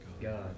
God